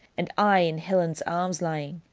and i in helen's arms lying,